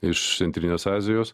iš centrinės azijos